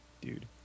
dude